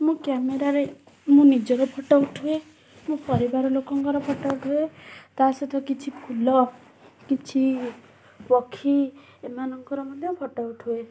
ମୁଁ କ୍ୟାମେରାରେ ମୁଁ ନିଜର ଫଟୋ ଉଠାଏ ମୁଁ ପରିବାର ଲୋକଙ୍କର ଫଟୋ ଉଠାଏ ତା'ସହିତ କିଛି ଫୁଲ କିଛି ପକ୍ଷୀ ଏମାନଙ୍କର ମଧ୍ୟ ଫଟୋ ଉଠାଏ